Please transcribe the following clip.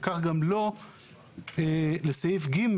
וכך גם לא לסעיף (ג),